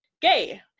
gay